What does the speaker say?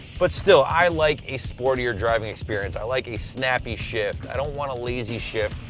but still, i like a sportier driving experience. i like a snappy shift. i don't want a lazy shift,